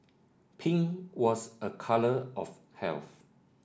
pink was a colour of health